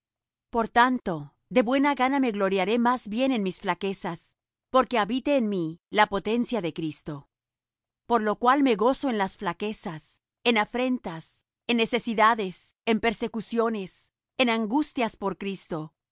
por tanto de buena gana me gloriaré más bien en mis flaquezas porque habite en mí la potencia de cristo por lo cual me gozo en las flaquezas en afrentas en necesidades en persecuciones en angustias por cristo